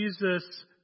Jesus